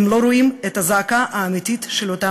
הם לא רואים את הזעקה האמיתית של אותם